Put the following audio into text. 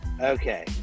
okay